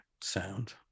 sound